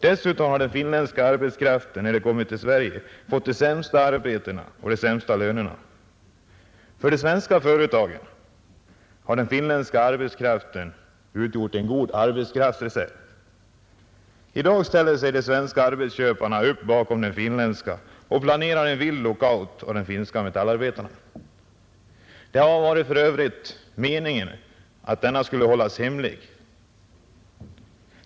Dessutom har den finländska arbetskraften, när den kommit till Sverige, fått de sämsta arbetena och de sämsta lönerna. För de svenska företagen har den finländska arbetskraften utgjort en god arbetskraftsreserv. I dag ställer de svenska arbetsköparna upp bakom de finländska och planerar en vild lockout av de finska metallarbetarna. Det har för övrigt varit meningen att denna skulle hållas hemlig.